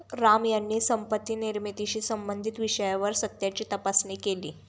राम यांनी संपत्ती निर्मितीशी संबंधित विषयावर सत्याची तपासणी केली